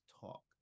talk